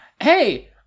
hey